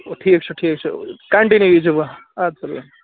ٹھیٖک چھُ ٹھیٖک چھُ کنٹِنو یِیزیٚو وۄنۍ آدٕ سا بیٚیہ